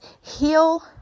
heal